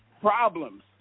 problems